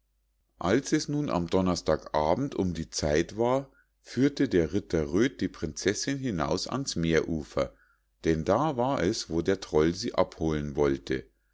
als es nun am donnerstag abend um die zeit war führte der ritter röd die prinzessinn hinaus ans meerufer denn da war es wo der troll sie abholen wollte